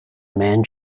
man